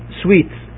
sweets